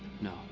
No